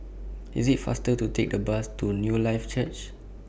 IS IT faster to Take A Bus to Newlife Church